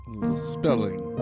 Spelling